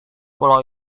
pulau